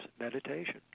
meditation